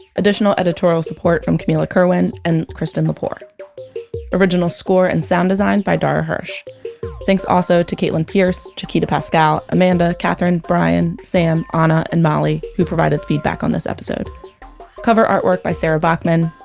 additional editorial support from camila kerwin and kristen lepore original score and sound design by dara hirsch thanks also to caitlin peirce, chiquita pascal, amanda, catherine, brian, sam, ana and molly who provided feedback on this episode cover artwork by sarah bachman.